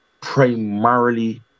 primarily